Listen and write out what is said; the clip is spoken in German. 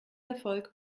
erfolg